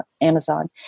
Amazon